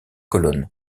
colonnes